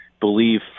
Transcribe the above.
believe